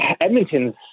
Edmonton's